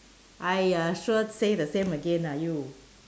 !aiya! sure say the same again ah you